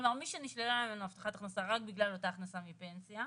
כלומר מי שנשללה ממנו הבטחת הכנסה רק בגלל אותה הכנסה מפנסיה,